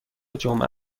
جمعه